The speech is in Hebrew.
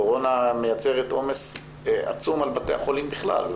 הקורונה מייצרת עומס עצום על בתי החולים בכלל,